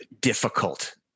difficult